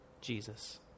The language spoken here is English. Jesus